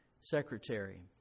secretary